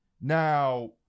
Now